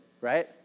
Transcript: right